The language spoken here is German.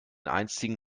einstigen